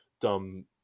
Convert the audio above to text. dumb